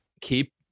keep